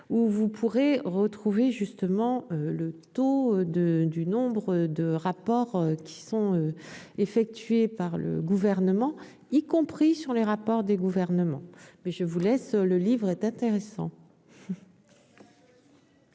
où vous pourrez retrouver justement le taux de du nombre de rapports qui sont effectués par le gouvernement, y compris sur les rapports des gouvernements mais je vous laisse le livre est intéressant.